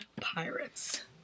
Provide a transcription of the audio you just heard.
Pirates